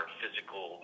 physical